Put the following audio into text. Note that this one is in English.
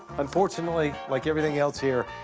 unfortunately, like everything else here,